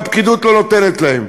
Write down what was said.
והפקידות לא נותנת להם.